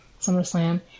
SummerSlam